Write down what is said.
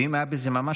ואם היה בזה ממש,